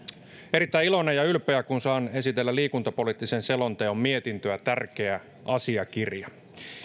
erittäin iloinen ja ylpeä kun saan esitellä liikuntapoliittisen selonteon mietintöä tärkeä asiakirja